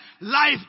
life